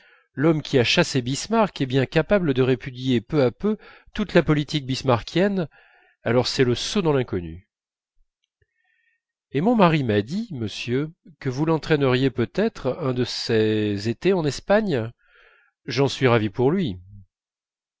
l'homme qui a chassé bismarck est bien capable de répudier peu à peu toute la politique bismarckienne alors c'est le saut dans l'inconnu et mon mari m'a dit monsieur que vous l'entraîneriez peut-être un de ces étés en espagne j'en suis ravie pour lui